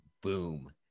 Boom